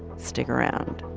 stick around